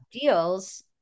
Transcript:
deals